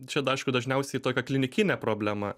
čia aišku dažniausiai tokia klinikinė problema